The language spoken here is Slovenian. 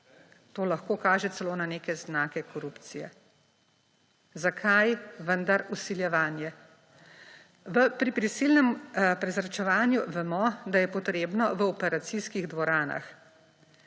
to lahko kaže celo na neke znake korupcije. Zakaj vendar vsiljevanje? Pri prisilnem prezračevanju vemo, da je potrebno v operacijskih dvoranah